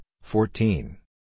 fourteen